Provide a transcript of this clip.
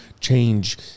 change